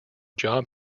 job